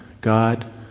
God